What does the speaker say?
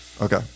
Okay